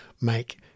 make